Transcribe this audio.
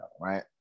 right